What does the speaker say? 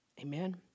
Amen